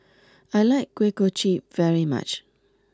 I like Kuih Kochi very much